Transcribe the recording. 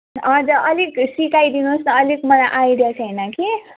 हजुर अलिक सिकाइदिनुहोस् न अलिक मलाई आइडिया छैन कि